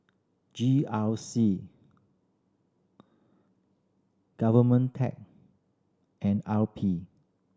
G R C GOVERNMENTTECH and R P